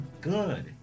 good